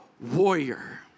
warrior